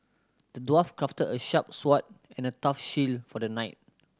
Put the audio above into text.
the dwarf crafted a sharp sword and a tough shield for the knight